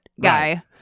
guy